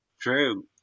true